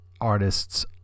artists